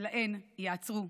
שלכם ייעצרו.